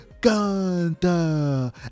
Gunther